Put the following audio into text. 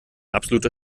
absoluter